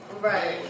Right